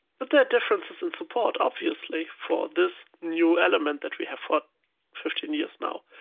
but there are differences in support, obviously, for this new element that we have for fifteen years now.